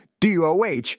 DOH